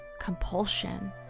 compulsion